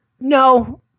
No